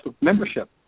membership